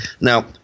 Now